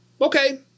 Okay